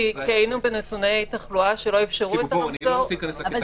כי היינו בנתוני תחלואה שלא אפשרו את הרמזור.